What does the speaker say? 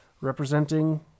representing